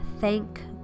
thank